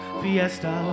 fiesta